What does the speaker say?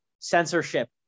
censorship